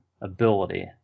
ability